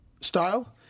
style